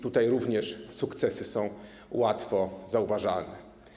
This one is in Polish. Tutaj również sukcesy są łatwo zauważalne.